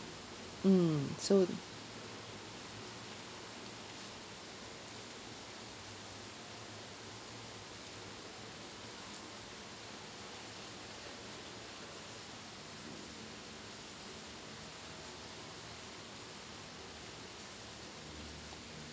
mm so